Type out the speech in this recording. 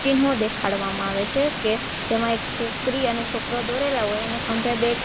ચિહ્નો દેખાડવામાં આવે છે કે જેમાં એક છોકરી અને છોકરો દોરેલાં હોય અને ખભે બેગ